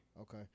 Okay